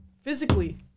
physically